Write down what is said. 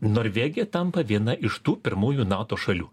norvegija tampa viena iš tų pirmųjų nato šalių